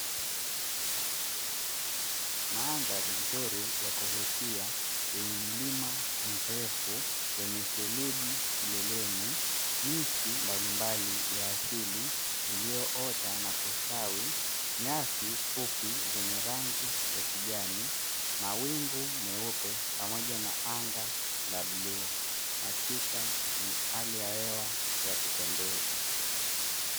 Maandhari nzuri ya kuvutia yenye mlima mrefu wenye theluji kileleni, miti mbalimbali ya asili iliyoota na kustawi nyasi fupi zenye rangi ya kijani mawingu meupe pamoja na anga la bluu hakika ni hali ya hewa ya kupendeza.